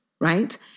right